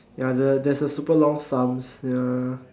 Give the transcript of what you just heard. ya the there is a super long sums ya